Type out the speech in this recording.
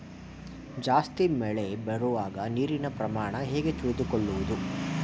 ಜಾಸ್ತಿ ಮಳೆ ಬರುವಾಗ ನೀರಿನ ಪ್ರಮಾಣ ಹೇಗೆ ತಿಳಿದುಕೊಳ್ಳುವುದು?